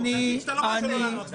תגיד שאתה לא רוצה לענות.